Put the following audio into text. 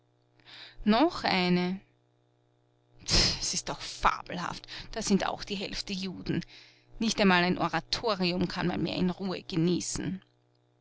noch eine es ist doch fabelhaft da sind auch die hälfte juden nicht einmal ein oratorium kann man mehr in ruhe genießen